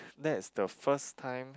that is the first time